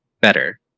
better